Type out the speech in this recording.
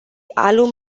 alum